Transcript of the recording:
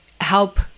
help